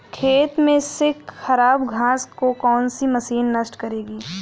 खेत में से खराब घास को कौन सी मशीन नष्ट करेगी?